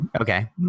Okay